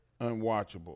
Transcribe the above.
unwatchable